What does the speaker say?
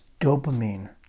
dopamine